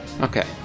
Okay